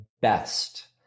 best